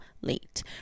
late